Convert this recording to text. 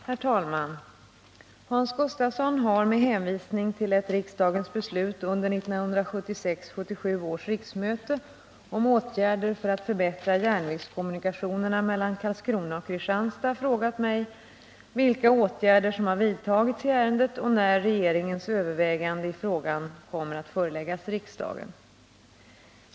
Herr talman! Hans Gustafsson har med hänvisning till ett riksdagens beslut under 1976/77 års riksmöte om åtgärder för att förbättra järnvägskommunikationerna mellan Karlskrona och Kristianstad frågat mig, vilka åtgärder som har vidtagits i ärendet och när regeringens övervägande i frågan kommer att föreläggas riksdagen.